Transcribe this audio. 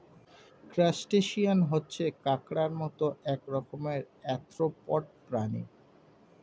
crustacean হচ্ছে কাঁকড়ার মত এক রকমের আর্থ্রোপড প্রাণী